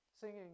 Singing